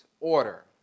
order